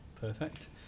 perfect